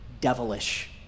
devilish